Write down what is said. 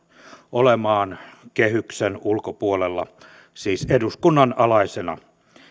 olemaan kehyksen ulkopuolella siis eduskunnan alaisena